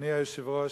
אדוני היושב-ראש,